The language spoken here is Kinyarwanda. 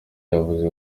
yavuze